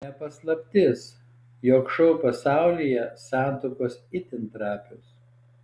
ne paslaptis jog šou pasaulyje santuokos itin trapios